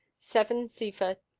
seven sepher,